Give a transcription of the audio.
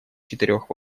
четырех